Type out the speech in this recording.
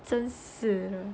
真是